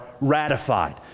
ratified